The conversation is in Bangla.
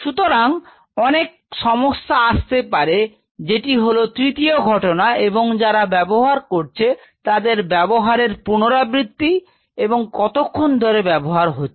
সুতরাং অনেক সমস্যা আসতে পারে যেটি হল তৃতীয় ঘটনা এবং যারা ব্যবহার করছে তাদের ব্যবহারের পুনরাবৃত্তি এবং কতক্ষণ ধরে ব্যবহার হচ্ছে